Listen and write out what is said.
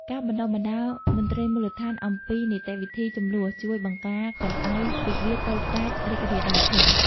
ការបណ្ដុះបណ្ដាលមន្ត្រីមូលដ្ឋានអំពីនីតិវិធីជម្លោះ ជួយបង្ការកុំឱ្យវិវាទតូចតាចរីករាលដាលធំ។